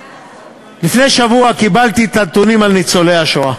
לפני שבוע קיבלתי את הנתונים על ניצולי השואה